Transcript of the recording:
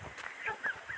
माखो